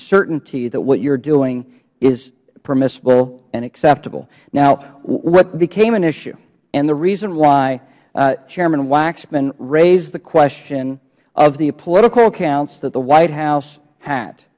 certainty that what you are doing is permissible and acceptable now what became an issue and the reason why chairman waxman raised the question of the political accounts that the white house